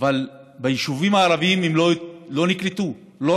אבל הם לא נקלטו ביישובים הערביים,